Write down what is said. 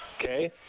Okay